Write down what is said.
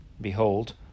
Behold